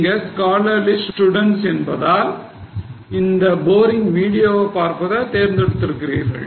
நீங்க scholarly students என்பதால் இந்த boring video வ பார்ப்பதை தேர்ந்தெடுத்திருக்கிறீர்கள்